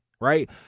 right